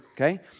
Okay